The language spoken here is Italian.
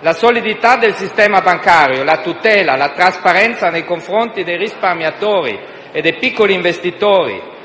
La solidità del sistema bancario, la tutela e la trasparenza nei confronti dei risparmiatori e dei piccoli investitori,